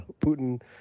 Putin